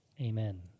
Amen